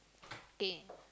K